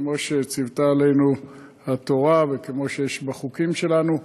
כמו שציוותה עלינו התורה וכמו שיש בחוקים שלנו,